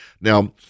Now